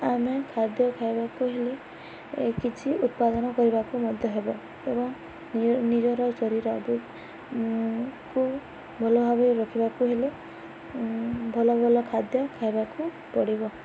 ଆମେ ଖାଦ୍ୟ ଖାଇବାକୁ ହେଲେ କିଛି ଉତ୍ପାଦନ କରିବାକୁ ମଧ୍ୟ ହେବ ଏବଂ ନିଜର ଶରୀରକୁ ଭଲ ଭାବରେ ରଖିବାକୁ ହେଲେ ଭଲ ଭଲ ଖାଦ୍ୟ ଖାଇବାକୁ ପଡ଼ିବ